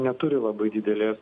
neturi labai didelės